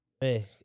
Hey